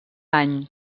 any